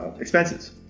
Expenses